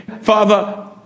Father